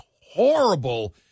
horrible